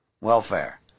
welfare